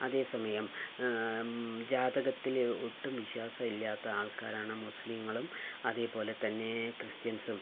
അതേ സമയം ജാതകത്തില് ഒട്ടും വിശ്വാസമില്ലാത്ത ആൾക്കാരാണ് മുസ്ലിങ്ങളും അതേപോലെത്തന്നെ ക്രിസ്ത്യൻസും